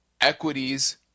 Equities